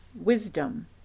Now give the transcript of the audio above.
Wisdom